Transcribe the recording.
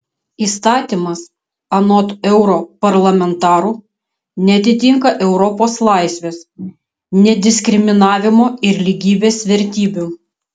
įstatymas anot europarlamentarų neatitinka europos laisvės nediskriminavimo ir lygybės vertybių